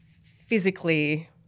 physically